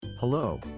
Hello